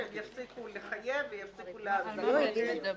שיפסיקו לחייב ויפסיקו להעביר תשלומים.